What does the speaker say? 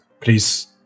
Please